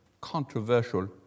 controversial